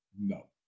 no